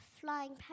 flying